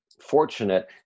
fortunate